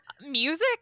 music